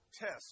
test